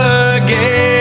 again